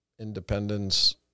Independence